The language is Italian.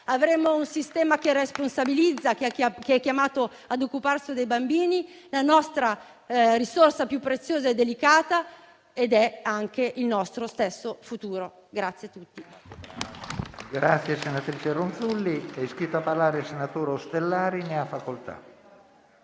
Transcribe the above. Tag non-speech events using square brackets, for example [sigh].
Avremo un sistema che responsabilizza chi è chiamato ad occuparsi dei bambini, la nostra risorsa più preziosa e delicata ed il nostro futuro. [applause]